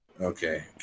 Okay